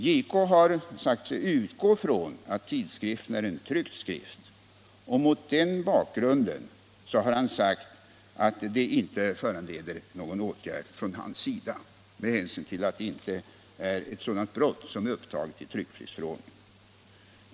JK har utgått från att skriften är en tryckt skrift, och han har mot den bakgrunden sagt att invrehållet inte föranleder någon åtgärd från hans sida med hänsyn till att det inte är fråga om ett sådant brott som omnämnes i tryckfrihetsförordningen.